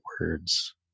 words